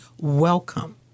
welcome